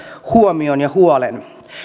huomion ja huolen